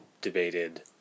debated